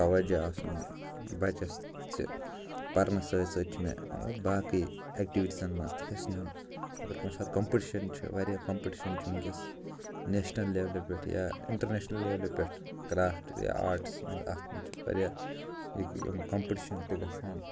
توجہ آسُن بَچَس زِ پرنَس سۭتۍ سۭتۍ چھِ مےٚ مطلب باقٕے ایکٹیٛوٗٹیٖزَن منٛز تہِ حِصہٕ نیُن اگر کُنہِ ساتہٕ کَمپِٹشَن چھِ مطلب واریاہ کَمپِٹِشَن چھِ وُنکٮ۪س نیشنَل لیولہِ پٮ۪ٹھ یا اِنٛٹَرنیشنَل لیولہِ پٮ۪ٹھ کرٛافٹہٕ یا آرٹَس منٛز اَتھ منٛز چھِ واریاہ یِم کَمپِٹِشَن تہِ گژھان